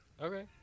Okay